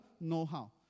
know-how